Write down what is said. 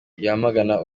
yamagana